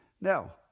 Now